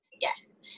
yes